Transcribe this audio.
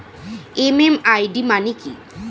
MMID মানে কি?